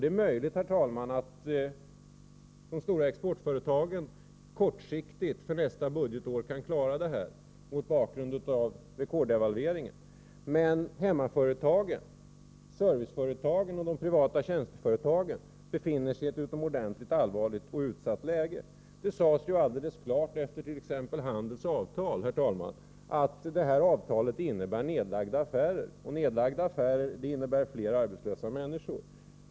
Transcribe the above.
Det är möjligt, herr talman, att stora exportföretag klarar detta kortsiktigt, för nästa budgetår, mot bakgrund av rekorddevalveringen. Men hemmaföretagen, serviceföretagen och de privata tjänsteföretagen befinner sig i ett utomordentligt allvarligt och utsatt läge. Det sades alldeles klart efter t.ex. Handels avtal, herr talman, att det avtalet kommer 7n att innebära nedlagda affärer. Och nedlagda affärer innebär fler arbetslösa människor.